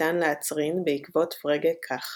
ניתן להצרין בעקבות פרגה כך